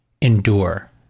Endure